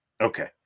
Okay